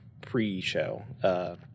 pre-show